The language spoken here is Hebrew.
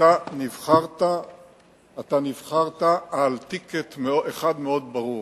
אתה נבחרת על "טיקט" אחד מאוד ברור: